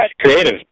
Creative